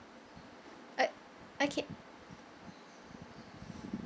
uh okay